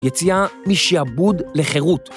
יציאה משעבוד לחירות.